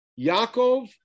Yaakov